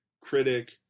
critic